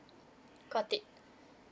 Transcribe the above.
got it